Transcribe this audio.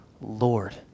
Lord